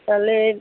তাহলে